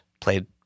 played